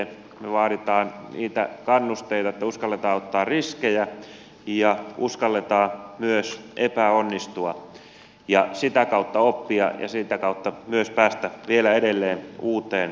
me vaadimme niitä kannusteita että uskalletaan ottaa riskejä ja uskalletaan myös epäonnistua ja sitä kautta oppia ja sitä kautta myös päästä vielä edelleen uuteen alkuun